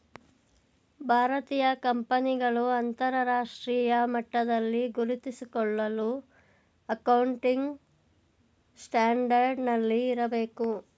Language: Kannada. ಭಾರತೀಯ ಕಂಪನಿಗಳು ಅಂತರರಾಷ್ಟ್ರೀಯ ಮಟ್ಟದಲ್ಲಿ ಗುರುತಿಸಿಕೊಳ್ಳಲು ಅಕೌಂಟಿಂಗ್ ಸ್ಟ್ಯಾಂಡರ್ಡ್ ನಲ್ಲಿ ಇರಬೇಕು